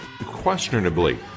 questionably